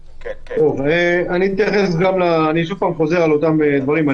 אני חוזר על אותם דברים.